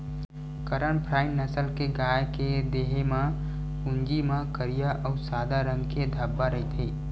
करन फ्राइ नसल के गाय के देहे म, पूछी म करिया अउ सादा रंग के धब्बा रहिथे